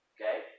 Okay